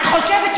את חושבת,